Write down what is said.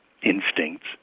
instincts